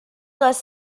les